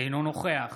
אינו נוכח